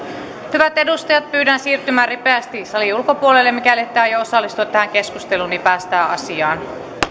hyvät edustajat pyydän siirtymään ripeästi salin ulkopuolelle mikäli ette aio osallistua tähän keskusteluun niin päästään asiaan